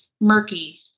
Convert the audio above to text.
murky